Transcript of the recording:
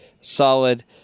solid